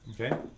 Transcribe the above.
Okay